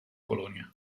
polonia